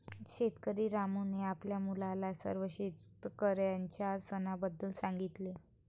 शेतकरी रामूने आपल्या मुलाला सर्व शेतकऱ्यांच्या सणाबद्दल सांगितले